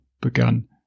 begun